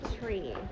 tree